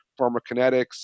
pharmacokinetics